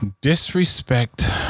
disrespect